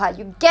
oh shit